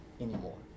anymore